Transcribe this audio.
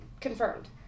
confirmed